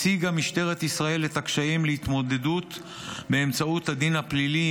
הציגה משטרת ישראל את הקשיים בהתמודדות באמצעות הדין הפלילי,